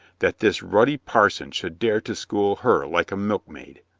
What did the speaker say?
that this ruddy parson should dare to school her like a milkmaid!